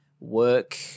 work